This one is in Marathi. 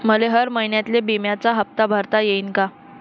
मले हर महिन्याले बिम्याचा हप्ता भरता येईन का?